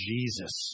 Jesus